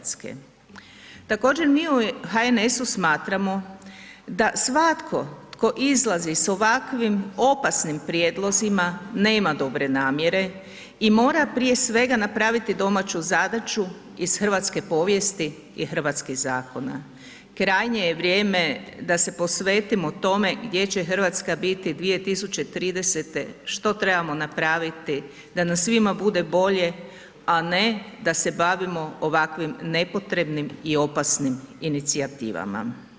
Također mi u HNS-u smatramo da svatko tko izlazi s ovakvim opasnim prijedlozima nema dobre namjere i mora prije svega napraviti domaću zadaću iz hrvatske povijesti i hrvatskih zakona, krajnje je vrijeme da se posvetimo tome gdje će RH biti 2030., što trebamo napraviti da nam svima bude bolje, a ne da se bavimo ovakvim nepotrebnim i opasnim inicijativama.